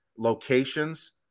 locations